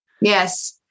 Yes